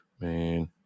Man